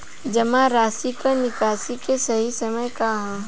जमा राशि क निकासी के सही समय का ह?